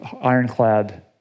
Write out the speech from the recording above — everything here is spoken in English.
ironclad